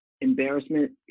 embarrassment